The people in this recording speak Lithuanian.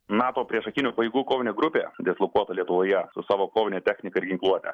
nato priešakinių pajėgų kovinė grupė dislokuota lietuvoje su savo kovine technika ir ginkluote